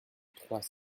trois